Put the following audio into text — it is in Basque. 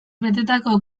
betetako